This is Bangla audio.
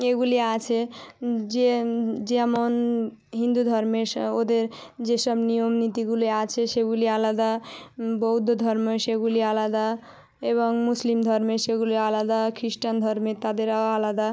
এগুলি আছে যে যেমন হিন্দু ধর্মের ওদের যেসব নিয়ম নীতিগুলি আছে সেগুলি আলাদা বৌদ্ধ ধর্মের সেগুলি আলাদা এবং মুসলিম ধর্মের সেগুলি আলাদা খ্রিস্টান ধর্মে তাদেরও আলাদা